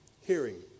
Hearing